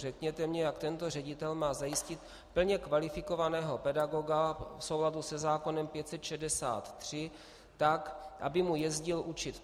Řekněte mně, jak tento ředitel má zajistit plně kvalifikovaného pedagoga v souladu se zákonem 563 tak, aby mu jezdil učit.